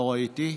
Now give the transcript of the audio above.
לא ראיתי.